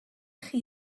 chi